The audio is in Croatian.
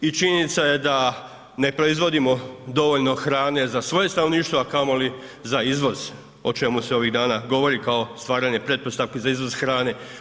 I činjenica je da ne proizvodimo dovoljno hrane za svoje stanovništvo a kamoli za izvoz o čemu se ovih dana govori kao stvaranje pretpostavki za izvoz hrane.